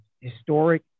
historic